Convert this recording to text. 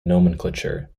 nomenclature